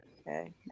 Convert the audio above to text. okay